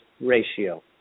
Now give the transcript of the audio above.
ratio